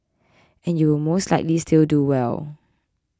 and you will most likely still do well